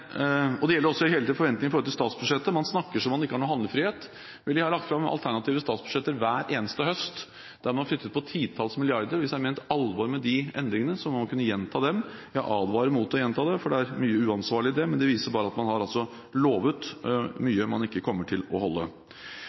også hele forventningen til statsbudsjettet. Man snakker som om man ikke har noen handlefrihet. Vel, man har lagt fram alternative statsbudsjetter hver eneste høst der man har flyttet på titalls milliarder, og hvis det er ment alvor med de endringene, må man kunne gjenta dem. Jeg advarer mot å gjenta dem, for det er mye uansvarlig i det, men det viser bare at man har lovet mye man ikke kommer til å holde.